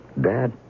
Dad